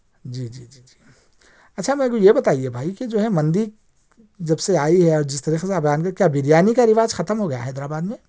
جی جی جی جی اچھا میرے کو یہ بتائیے بھائی کہ جو ہے مندی جب سے آئی ہے اور جس طریقے سے آپ بیان کر رہے کیا بریانی کا رواج ختم ہو گیا حیدر آباد میں